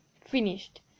finished